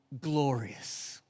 glorious